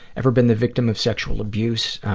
ever been the victim of sexual abuse?